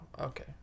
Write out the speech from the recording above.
okay